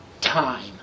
time